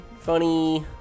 funny